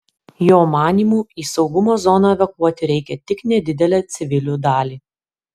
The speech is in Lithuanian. jo manymu į saugumo zoną evakuoti reikia tik nedidelę civilių dalį